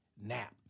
nap